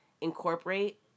incorporate